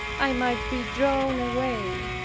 i might be drawn away.